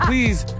Please